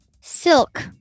Silk